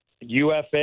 ufa